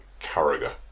Carragher